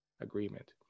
agreement